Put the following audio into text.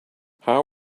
how